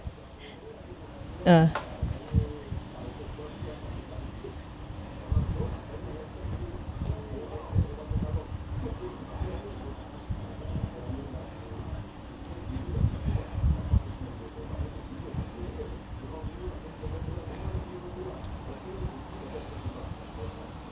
uh